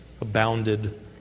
abounded